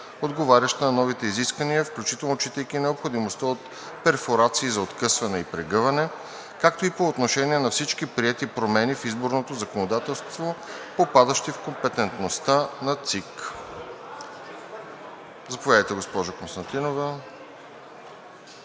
отговаряща на новите изисквания, включително отчитайки необходимостта от перфорации за откъсване и прегъване, както и по отношение на всички приети промени в изборното законодателство, попадащи в компетентността на ЦИК. Заповядайте, госпожо Константинова.